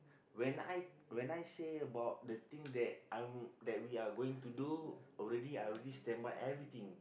when I when I say about the thing that I'm that we're going to do already I already standby everything